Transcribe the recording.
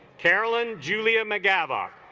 carolyn julia mcgavock